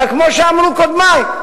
אבל כמו שאמרו קודמי,